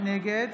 נגד